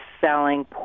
selling